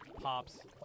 pops